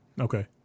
Okay